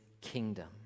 kingdom